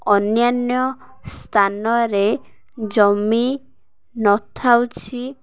ଅନ୍ୟାନ୍ୟ ସ୍ଥାନରେ ଜମି ନ ଥାଉଛି